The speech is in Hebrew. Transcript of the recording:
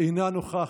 אינה נוכחת,